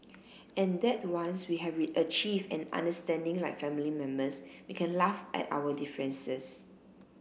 and that once we have achieved an understanding like family members we can laugh at our differences